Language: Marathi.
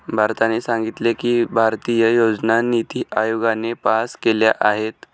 भारताने सांगितले की, भारतीय योजना निती आयोगाने पास केल्या आहेत